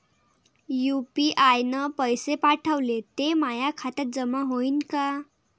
UPI न पैसे पाठवले, ते माया खात्यात जमा होईन का?